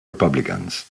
republicans